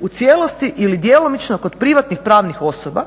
u cijelosti ili djelomično kod privatnih pravnih osoba